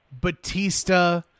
Batista